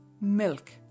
milk